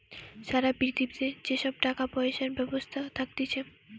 সারা পৃথিবীতে যে সব টাকা পয়সার ব্যবস্থা থাকতিছে